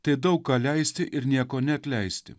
tai daug ką leisti ir nieko neatleisti